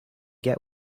get